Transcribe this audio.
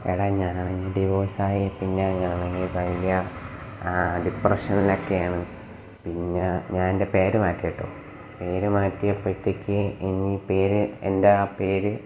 എടാ ഞാൻ ആണെങ്കിൽ ഡിവോർസ് ആയി പിന്നെ ഞാൻ കഴിഞ്ഞ ഡിപ്രഷനിലൊക്കെയാണ് പിന്നെ ഞാന് എന്റെ പേര് മാറ്റി കേട്ടോ പേര് മാറ്റിയപ്പോഴത്തേക്ക് ഇനി പേര് എന്റെ ആ പേര്